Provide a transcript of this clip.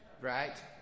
right